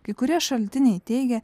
kai kurie šaltiniai teigia